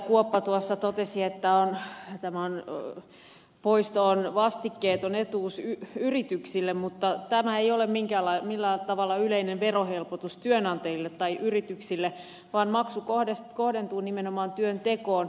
kuoppa tuossa totesi että tämä poisto on vastikkeeton etuus yrityksille mutta tämä ei ole millään tavalla yleinen verohelpotus työnantajille tai yrityksille vaan maksu kohdentuu nimenomaan työntekoon